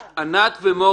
ענת זה לא נכון.